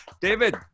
David